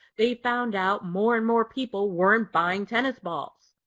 they found out more and more people weren't buying tennis balls.